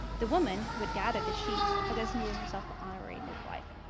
the woman who had gathered the sheets had designated herself the honorary midwife.